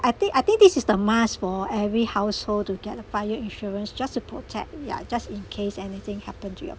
I think I think this is the must for every household to get a fire insurance just to protect yeah just in case anything happen to your